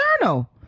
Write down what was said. journal